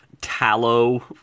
tallow